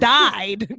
died